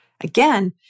Again